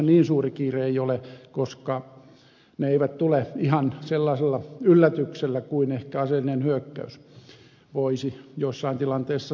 niin suuri kiire ei ole koska ne eivät tule ihan sellaisella yllätyksellä kuin ehkä aseellinen hyökkäys voisi jossain tilanteessa tulla